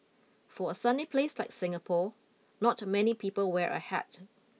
for a sunny place like Singapore not many people wear a hat